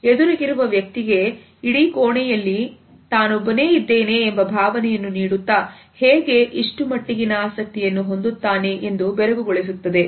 ಎದುರಿಗಿರುವ ವ್ಯಕ್ತಿಗೆ ಇಡೀ ಕೋಣೆಯಲ್ಲಿ ತಾನೊಬ್ಬನೇ ಇದ್ದೇನೆ ಎಂಬ ಭಾವನೆಯನ್ನು ನೀಡುತ್ತ ಹೇಗೆ ಇಷ್ಟು ಮಟ್ಟಿಗಿನ ಆಸಕ್ತಿಯನ್ನು ಹೊಂದುತ್ತಾನೆ ಎಂದು ಬೆರಗುಗೊಳಿಸುತ್ತದೆ